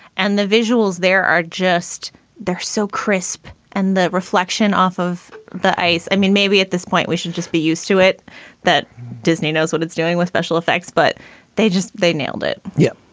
and the visuals there are just they're so crisp and the reflection off of the ice. i mean, maybe at this point we should just be used to it that disney knows what it's doing with special effects. but they just they nailed it. yeah